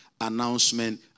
announcement